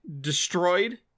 destroyed